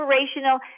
inspirational